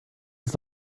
ist